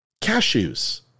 Cashews